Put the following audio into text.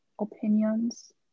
Opinions